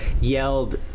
yelled